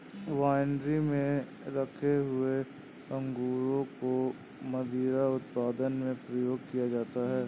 winery में रखे हुए अंगूरों को मदिरा उत्पादन में प्रयोग किया जाता है